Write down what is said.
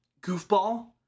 goofball